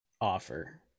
offer